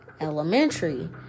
elementary